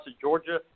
Georgia